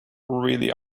really